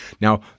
Now